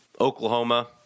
Oklahoma